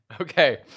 Okay